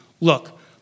Look